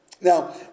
Now